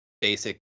basic